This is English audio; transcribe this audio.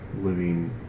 living